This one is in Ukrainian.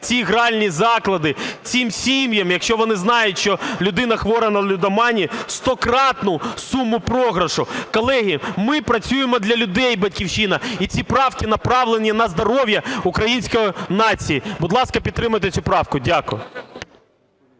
ці гральні заклади цим сім'ям, якщо вони знають, що людина хвора на лудоманію, стократну суму програшу. Колеги, ми працюємо для людей, "Батьківщина", і ці правки направлені на здоров'я української нації. Будь ласка, підтримайте цю правку. Дякую.